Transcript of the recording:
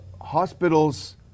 hospitals